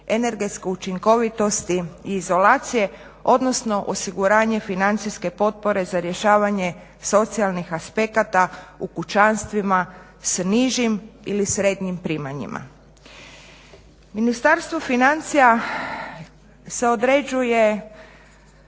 energetske učinkovitosti i izolacije odnosno osiguranje financijske potpore za rješavanje socijalnih aspekata u kućanstvima s nižim ili srednjim primanjima. Ministarstvo financija se određuje